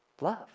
love